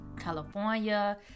California